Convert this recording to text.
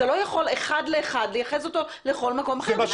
אתה לא יכול אחד לאחד לייחס אותו לכל מקום אחר.